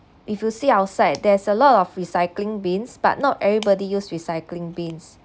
if you see outside there's a lot of recycling bins but not everybody use recycling bins